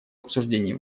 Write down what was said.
обсуждении